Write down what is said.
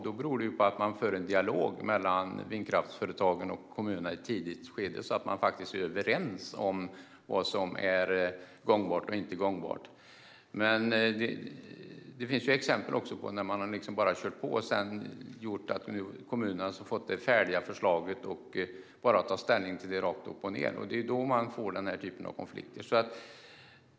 Då beror det på att man för en dialog mellan vindkraftföretagen och kommunerna i ett tidigt skede, så att man faktiskt är överens om vad som är gångbart och vad som inte är gångbart. Men det finns också exempel på att man bara har kört på, vilket gjort att kommunerna sedan har fått det färdiga förslaget att bara ta ställning till rakt upp och ned. Det är då man får denna typ av konflikter.